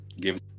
Give